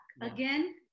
Again